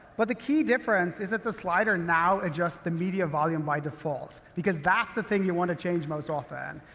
but the key difference is that the slider now adjusts the media volume by default, because that's the thing you want to change most often.